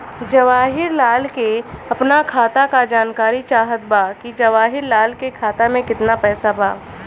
जवाहिर लाल के अपना खाता का जानकारी चाहत बा की जवाहिर लाल के खाता में कितना पैसा बा?